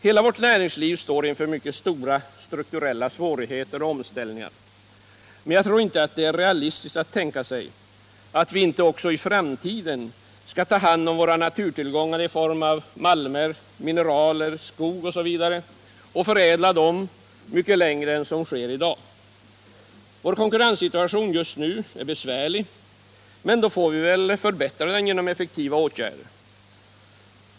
Hela vårt näringsliv står inför mycket stora strukturella svårigheter och omställningar, men jag tror inte att det är realistiskt att tänka sig att vi inte också i framtiden skall ta hand om våra naturtillgångar i form av malmer, mineraler och skog och förädla dem längre än som sker i dag. Vår konkurrenssituation just nu är besvärlig, men då får vi väl förbättra den genom effektiva åtgärder.